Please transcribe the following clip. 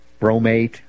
bromate